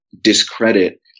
discredit